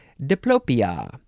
Diplopia